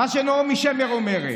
מה שנעמי שמר אומרת.